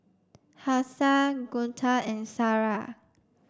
Hafsa Guntur and Sarah